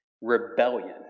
Rebellion